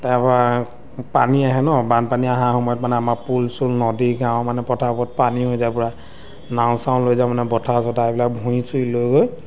তাৰপৰা পানী আহে ন বানপানী অহাৰ সময়ত মানে আমাৰ পুল চুল নদী গাঁৱৰ মানে পথাৰবোৱত পানী হৈ যায় পূৰা নাও চাও লৈ যাওঁ মানে বঠা চঠা এইবিলাক ভূঁই চূঁই লৈ গৈ